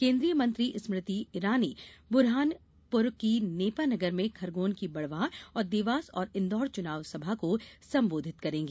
केन्द्रीय मंत्री स्मृति रानी बुरहानपुर की नेपानगर में खरगोन की बड़वाह और देवास और इन्दौर चुनाव सभा को संबोधित करेंगी